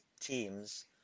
teams